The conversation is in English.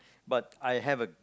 but I have a